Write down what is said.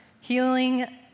Healing